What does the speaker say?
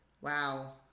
wow